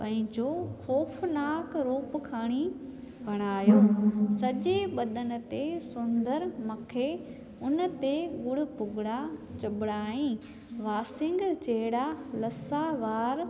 पंहिंजो खौफ़नाक़ु रूप खणी बणायो सॼे बदन ते सुंदर मूंखे हुन ते ॻुड़ भुॻिड़ा चविणाई वासिंग जहिड़ा लसा वार